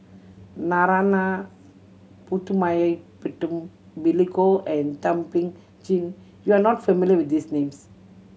Narana Putumaippittan Billy Koh and Thum Ping Tjin you are not familiar with these names